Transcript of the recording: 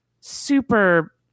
super